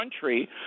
country